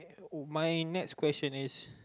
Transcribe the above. my next question is